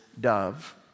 dove